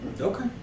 Okay